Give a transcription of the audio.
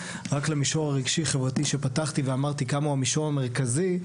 רק למישור הרגשי-חברתי שפתחתי ואמרתי כמה הוא המישור המרכזי,